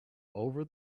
over